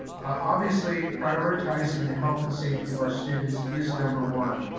obviously, prioritizing the health and safety of our students is number one,